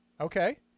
Okay